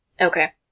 Okay